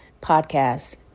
podcast